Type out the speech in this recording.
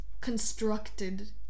constructed